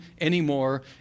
anymore